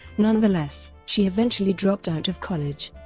nonetheless, she eventually dropped out of college.